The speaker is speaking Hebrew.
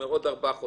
עוד ארבעה חודשים.